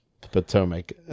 Potomac